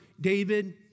David